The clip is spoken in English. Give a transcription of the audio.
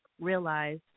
realize